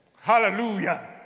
Hallelujah